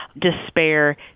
despair